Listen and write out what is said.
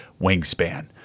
Wingspan